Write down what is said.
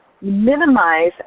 minimize